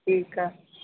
ठीकु आहे